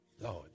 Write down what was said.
Lord